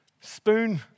Spoon